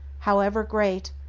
however great,